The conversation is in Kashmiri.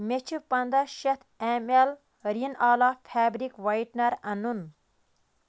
مےٚ چھِ پَنداہ شَتھ اٮ۪م اٮ۪ل رِن آلا فیبرِک وایٹنر اَنُن